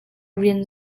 rian